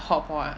hotpot